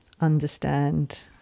understand